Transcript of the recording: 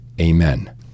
Amen